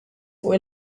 fuq